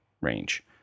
range